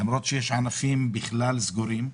למרות שיש ענפים בכלל סגורים,